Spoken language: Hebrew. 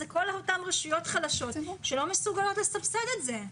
אלה כל אותן רשויות חלשות שלא מסוגלות לסבסד את זה.